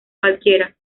cualquiera